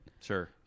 Sure